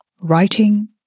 writing